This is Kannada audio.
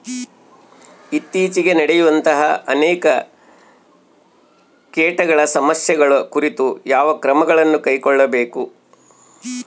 ಇತ್ತೇಚಿಗೆ ನಡೆಯುವಂತಹ ಅನೇಕ ಕೇಟಗಳ ಸಮಸ್ಯೆಗಳ ಕುರಿತು ಯಾವ ಕ್ರಮಗಳನ್ನು ಕೈಗೊಳ್ಳಬೇಕು?